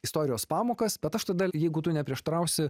istorijos pamokas bet aš tada jeigu tu neprieštarausi